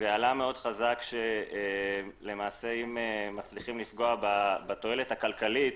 עלה מאוד חזק שאם מצליחים לפגוע בתועלת הכלכלית